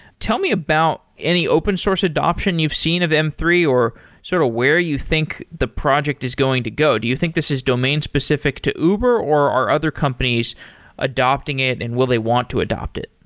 tell me about any open source adaption you've seen of m three or sort of where you think the project is going to go. do you think this is domain-specific to uber or are other companies adapting it and will they want to adapt it?